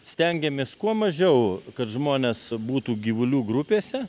stengiamės kuo mažiau kad žmonės būtų gyvulių grupėse